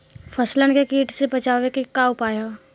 फसलन के कीट से बचावे क का उपाय है?